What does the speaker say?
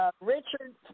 Richard